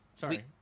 Sorry